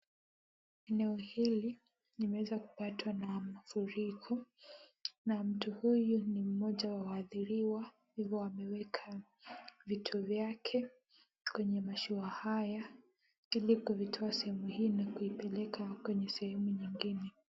Eneo hili limeweza kupatwa na mafuriko na mtu huyu ni mmoja wa waathiriwa hivyo wameweka vitu vyake. Kwenye mashua haya. Ili kuvitoa sehemu hii na kuipeleka kwenye sehemu nyingine.